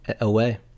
away